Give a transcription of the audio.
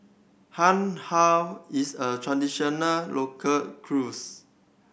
har how is a traditional local cruse